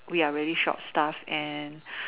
we are really short of staff and